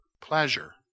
Pleasure